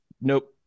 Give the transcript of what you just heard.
Nope